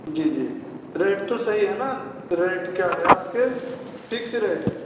جی جی ریٹ تو صحیح ہے نا ریٹ کیا ہے آپ کے فکس ریٹ ہے